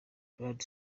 brad